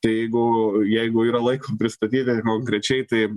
tai jeigu jeigu yra laiko pristatyti konkrečiai tai